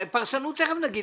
פרשנות נגיד תיכף.